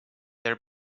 their